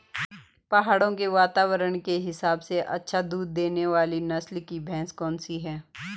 पहाड़ों के वातावरण के हिसाब से अच्छा दूध देने वाली नस्ल की भैंस कौन सी हैं?